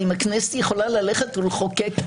האם הכנסת יכולה ללכת ולחוקק.